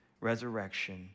resurrection